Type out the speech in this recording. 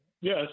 Yes